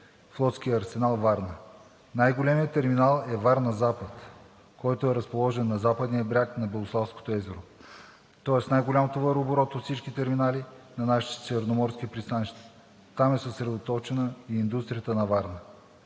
„Флотски арсенал – Варна“. Най-големият терминал е Варна – запад, който е разположен на западния бряг на Белославското езеро, тоест най-голям товарооборот от всички терминали на нашите черноморски пристанища. Там е съсредоточена и индустрията на Варна.